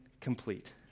complete